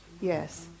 Yes